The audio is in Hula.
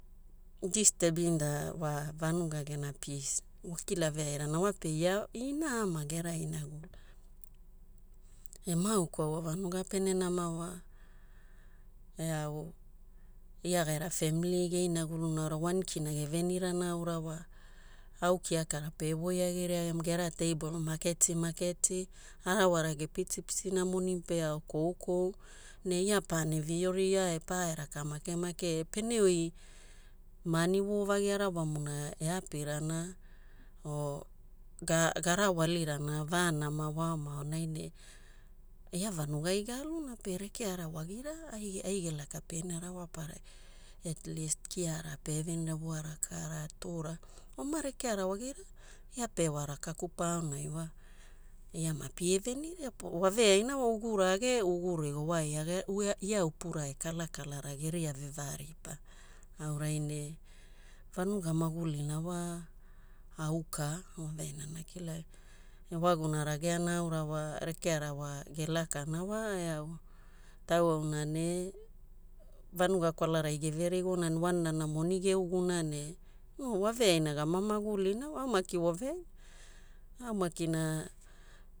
Disturbing the wa vanuga gena peace wa kila veairana wape ia ina e ama gera inagulu. Ne ma'aukwaua vanuga pene nama wa eau ia gera family geinaguluna aura wanikina gevenirana aura wa, kiakara pe voi agiria gera teipolo maketi maketi, arawara gepiti pitina moni pe ao koukou, ne ia pane vioria e pae raka make make oi ma'ani vo'ovagi arawamuna eapirana o garawalirana vanama waoma aonai ne ia vanugai ga'aluna pe rekeara wagira ai gelaka piaina rawaparai, at least kia'ara pe venira pe waveaina vuara ka'ara twora. Oma rekeara wagira ia pewa raka kupa aonai wa ia ma pie venirape waveaina wa ugu rage, ugu rigo wa ia upura e kalakalara geria vevaripa. Aurai ne vanuga magulina wa auka, waveaina ana kilagia, ewaguna rageana aura wa rekeara wa eau tauwauna ne vanuga kwalarai geverigona ne wanana ne moni geuguna ne no waveaina gama magulina wa au maki waveania. Au maki